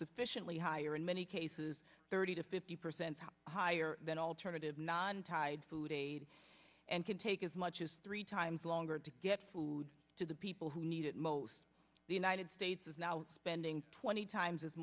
sufficiently higher in many cases thirty to fifty percent higher than alternative non tied food aid and can take as much as three times longer to get food to the people who need it most the united states is now spending twenty times as